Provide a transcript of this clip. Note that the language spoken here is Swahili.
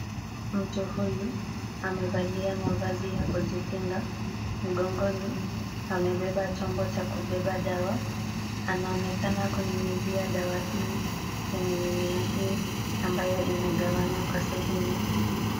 Mtu huyo amevalia mavazi ya kujikinga. Mgongoni amebeba chombo cha kubeba dawa. Anaonekana kunyunyizia dawa hii kwenye mimea hii ambayo imegawanywa kwa sehemu.